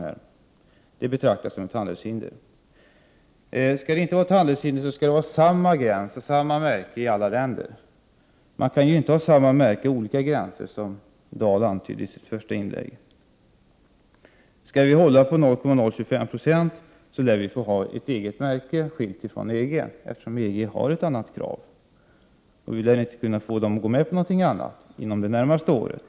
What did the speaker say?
Man måste alltså ha samma gränsvärden och samma märkning i alla länder, om det inte skall utgöra ett handelshinder. Man kan ju inte ha samma märkning men olika gränsvärden, vilket Birgitta Dahl antydde. Skall vi hålla på gränsvärdet 0,025 viktprocent lär vi få ha ett eget märke som avviker från EG:s, eftersom EG ställer andra krav. Vi lär inte få EG att gå med på något annat inom det närmaste året.